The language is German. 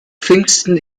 pfingsten